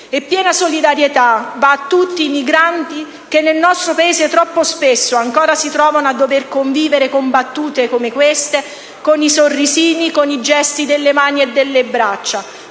E piena solidarietà va a tutti i migranti che nel nostro Paese troppo spesso ancora si trovano a dover convivere con battute come queste, con i sorrisini, con i gesti delle mani e delle braccia.